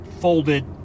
folded